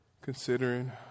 considering